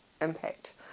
impact